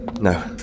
No